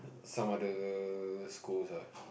some other schools ah